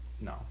no